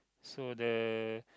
so the